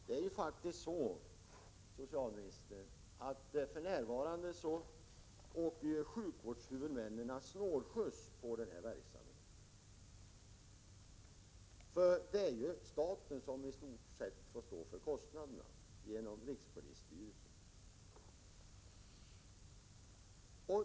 Herr talman! Det är faktiskt så, socialministern, att sjukvårdshuvudmännen för närvarande åker snålskjuts på denna verksamhet. Det är ju staten som i stort sett ensam får stå för kostnaderna genom rikspolisstyrelsen.